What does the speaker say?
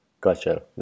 Gotcha